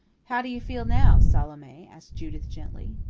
how do you feel now, salome? asked judith gently.